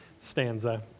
stanza